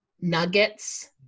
nuggets